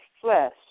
flesh